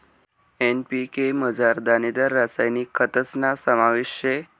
NPK मझार दानेदार रासायनिक खतस्ना समावेश शे